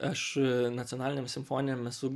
aš nacionaliniam simfoniniam esu